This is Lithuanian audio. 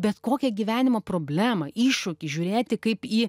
bet kokią gyvenimo problemą iššūkį žiūrėti kaip į